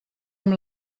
amb